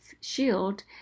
shield